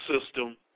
system